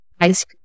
ice